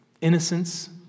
Innocence